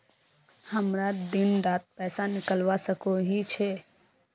हमरा दिन डात पैसा निकलवा सकोही छै?